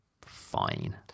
fine